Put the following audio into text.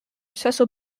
cecil